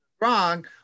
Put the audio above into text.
wrong